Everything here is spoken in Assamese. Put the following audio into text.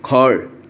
ঘৰ